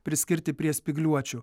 priskirti prie spygliuočių